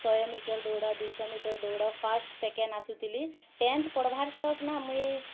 ଶହେ ମିଟର୍ ଦୌଡ଼ ଦୁଇଶହ ମିଟର୍ ଦୌଡ଼ ଫାଷ୍ଟ୍ ସେକେଣ୍ଡ୍ ଆସୁଥିଲି ଟେନ୍ଥ୍ ପଢ଼୍ବାର୍ ତକ୍ ନା ମୁଇଁ